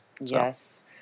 Yes